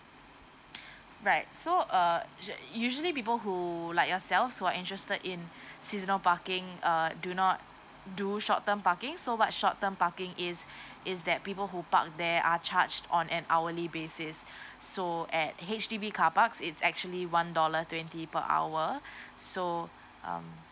right so uh u~ usually people who like yourselves who are interested in seasonal parking uh do not do short term parking so what short term parking is is that people who park they are charged on an hourly basis so at H_D_B carpark it's actually one dollar twenty per hour so um